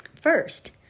First